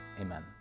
Amen